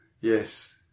Yes